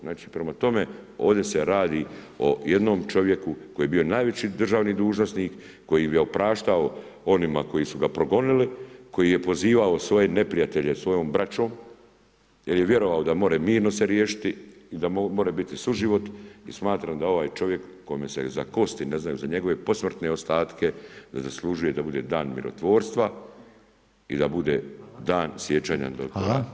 Znači, prema tome ovdje se radi o jednom čovjeku koji je bio najveći državni dužnosnik, koji je opraštao onima koji su ga progonili, koji je pozivao svoje neprijatelje svojom braćom jer je vjerovao da se može mirno riješiti i da može biti suživot i smatram da ovaj čovjek kome se za kosti ne znaju, za njegove posmrtne ostatke zaslužuje da bude dan mirotvorstva i da bude dan sjećanja na dr. Ivana Šretera.